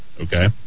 Okay